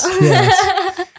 yes